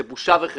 זו בושה וחרפה.